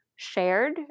shared